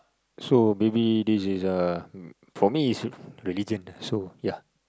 so maybe this is uh for me is religion ah so ya